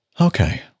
Okay